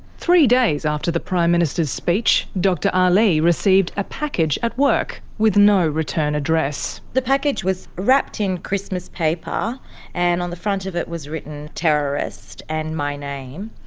three days after the prime minister's speech, dr ah aly received a package at work with no return address. the package was wrapped in xmas paper and on the front of it was written terrorist and my name.